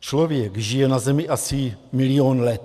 Člověk žije na zemi asi milion let.